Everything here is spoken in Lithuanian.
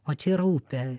o čia yra upė